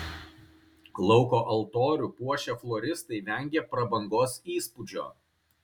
lauko altorių puošę floristai vengė prabangos įspūdžio